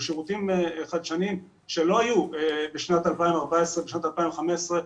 אלה שירותים חדשניים שלא היו בשנת 2014 ובשנת 2015,